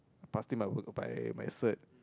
I passed him my my cert